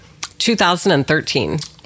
2013